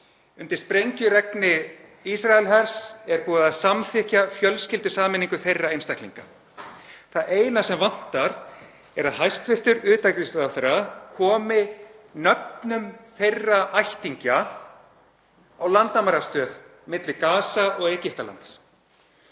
Undir sprengjuregni Ísraelshers er búið að samþykkja fjölskyldusameiningu þeirra einstaklinga. Það eina sem vantar er að hæstv. utanríkisráðherra komi nöfnum þeirra ættingja á landamærastöð milli Gaza og Egyptalands.